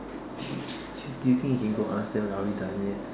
do you do you think you can go ask them are we done yet